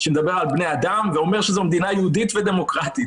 שמדבר על בני האדם ואומר שזו מדינה יהודית ודמוקרטית.